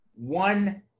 One